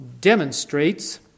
demonstrates